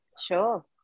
sure